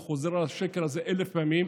והוא חוזר על השקר הזה אלף פעמים,